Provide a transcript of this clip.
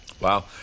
wow